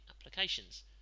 applications